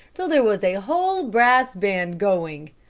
till there was a whole brass band going.